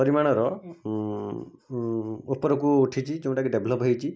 ପରିମାଣର ଉପରକୁ ଉଠିଛି ଯେଉଁଟା କି ଡେଭ୍ଲପ୍ ହେଇଛି